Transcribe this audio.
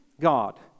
God